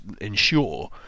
ensure